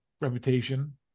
reputation